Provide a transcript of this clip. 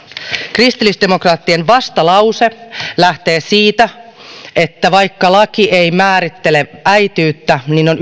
kristillisdemokraattien vastalause lähtee siitä että vaikka laki ei määrittele äitiyttä niin on